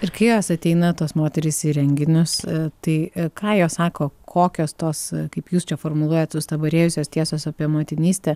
ir kai jos ateina tos moterys į renginius tai ką jos sako kokios tos kaip jūs čia formuluojat sustabarėjusios tiesos apie motinystę